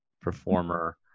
performer